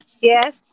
Yes